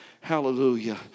Hallelujah